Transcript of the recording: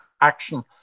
action